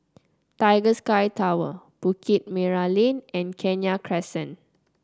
Tiger Sky Tower Bukit Merah Lane and Kenya Crescent